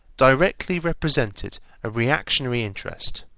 directly represented a reactionary interest,